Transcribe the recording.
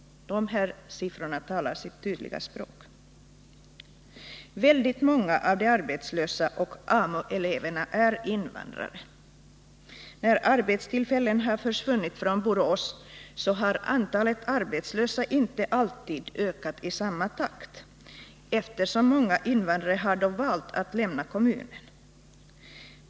Dessa siffror talar sitt tydliga språk. Många av de arbetslösa och av AMU-eleverna är invandrare. När arbetstillfällen försvunnit från Borås har antalet arbetslösa inte alltid ökat i samma takt, eftersom många invandrare då har valt att lämna kommunen.